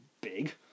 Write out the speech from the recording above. big